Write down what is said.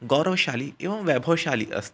गौरवशाली एवं वैभवशाली अस्ति